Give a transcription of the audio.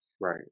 Right